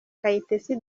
kayitesi